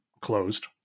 closed